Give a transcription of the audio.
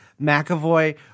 McAvoy